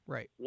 Right